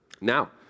Now